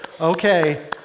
okay